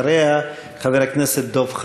אחריה, חבר הכנסת דב חנין,